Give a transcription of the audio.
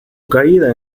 caída